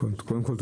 קודם כל,